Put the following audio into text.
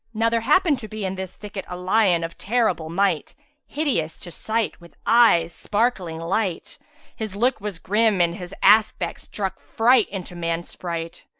now there happened to be in this thicket a lion of terrible might hideous to sight, with eyes sparkling light his look was grim and his aspect struck fright into man's sprite.